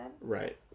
Right